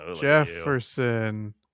Jefferson